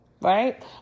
Right